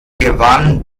gewann